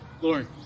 lauren